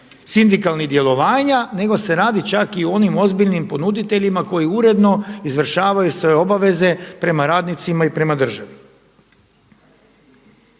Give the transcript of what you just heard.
sindikalnih djelovanja nego se radi čak i o onim ozbiljnim ponuditeljima koji uredno izvršavaju svoje obaveze prema radnicima i prema državi.